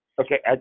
Okay